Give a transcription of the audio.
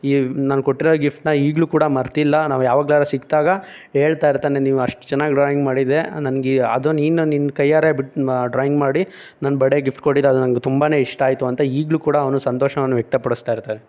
ಈ ನಾನು ಕೊಟ್ಟಿರೋ ಗಿಫ್ಟ್ನಾ ಈಗಲೂ ಕೂಡ ಮರೆತಿಲ್ಲ ನಾವು ಯಾವಾಗ್ಲಾದ್ರೂ ಸಿಕ್ಕಿದಾಗ ಹೇಳ್ತಾಯಿರ್ತಾನೆ ನೀವು ಅಷ್ಟು ಚೆನ್ನಾಗಿ ಡ್ರಾಯಿಂಗ್ ಮಾಡಿದೆ ನನ್ಗೆ ಈ ಅದು ನೀನು ನಿನ್ನ ಕೈಯ್ಯಾರೆ ಬಿ ಡ್ರಾಯಿಂಗ್ ಮಾಡಿ ನನ್ನ ಬರ್ಡೆಗೆ ಗಿಫ್ಟ್ ಕೊಟ್ಟಿದ ಅದು ನಂಗೆ ಅದು ತುಂಬನೇ ಇಷ್ಟ ಆಯಿತು ಅಂತ ಈಗಲೂ ಕೂಡ ಅವನು ಸಂತೋಷವನ್ನು ವ್ಯಕ್ತಪಡಿಸ್ತಾಯಿರ್ತಾನೆ